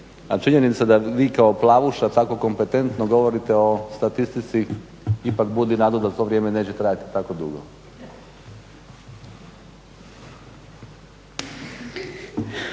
A činjenica da vi kao plavuša tako kompetentno govorite o statistici ipak budi nadu da to vrijeme neće trajati tako dugo.